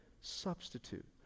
substitute